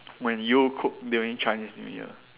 when you cooked during Chinese new year